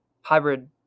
hybrid